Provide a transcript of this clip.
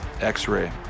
x-ray